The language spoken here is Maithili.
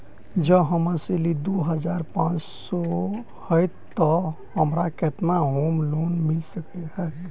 जँ हम्मर सैलरी दु हजार पांच सै हएत तऽ हमरा केतना होम लोन मिल सकै है?